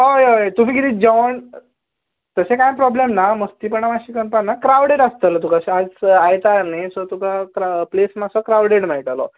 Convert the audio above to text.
हय हय हय तुमी कितें जेवण तशें कांय प्रोबल्म ना मस्तीपणा मातशे चलपाक ना क्राउडीड आसतलो तुका मातशें आयतार न्ही सो तुका प्लेस मातशे क्राउडीड मेळटलो